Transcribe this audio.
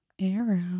Arrow